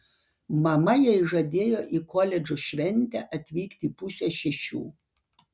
mama jai žadėjo į koledžo šventę atvykti pusę šešių